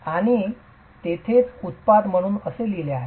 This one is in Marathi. आणि तेथेच उत्थान म्हणून असे लिहिलेले आहे